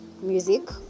music